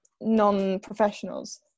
non-professionals